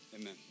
Amen